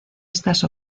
estas